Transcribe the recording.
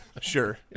Sure